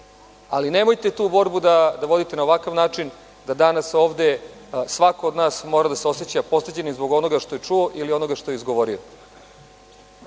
ali nemojte tu borbu da vodite na ovakav način, da danas ovde svako od nas mora da se oseća postiđenim zbog onoga što je čuo ili onoga što je izgovorio. Ne